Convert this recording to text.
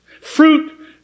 fruit